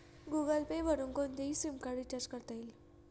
Google Pay वरुन कोणतेही SIM card recharge करता येईल